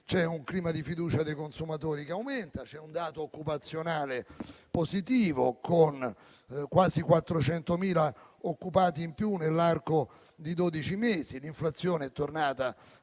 Il clima di fiducia dei consumatori aumenta, c'è un dato occupazionale positivo, con quasi 400.000 occupati in più nell'arco di dodici mesi; l'inflazione è tornata